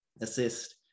assist